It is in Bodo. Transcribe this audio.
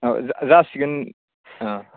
औ जासिगोन ओ